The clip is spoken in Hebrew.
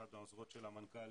אחת העוזרות של המנכ"ל,